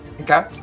okay